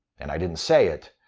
and i didn't say it.